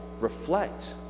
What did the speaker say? reflect